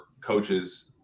coaches